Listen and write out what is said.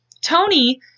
Tony